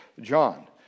John